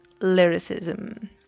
lyricism